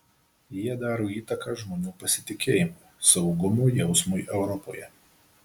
jie daro įtaką žmonių pasitikėjimui saugumo jausmui europoje